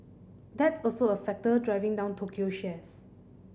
that's also a factor driving down Tokyo shares